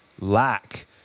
lack